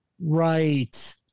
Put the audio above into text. right